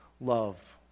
love